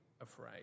afraid